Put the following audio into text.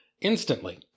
instantly